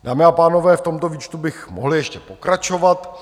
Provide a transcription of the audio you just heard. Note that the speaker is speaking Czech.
Dámy a pánové, v tomto výčtu bych mohl ještě pokračovat.